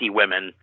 women